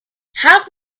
have